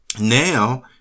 now